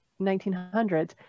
1900s